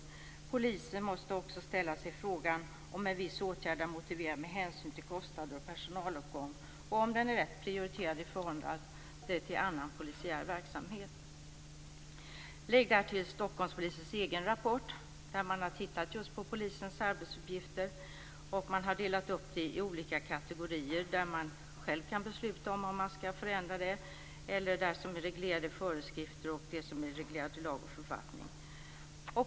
Polisen måste också ställa sig frågan om en viss åtgärd är motiverad med hänsyn till kostnader och personalåtgång och om den är rätt prioriterad i förhållande till annan polisiär verksamhet. Lägg därtill Stockholmspolisens egen rapport. Man har tittat närmare på just polisens arbetsuppgifter och delat upp dem i olika kategorier; sådant som man själv kan besluta om man skall förändra, sådant som är reglerat i föreskrifter och sådant som är reglerat i lag och författning.